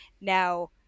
now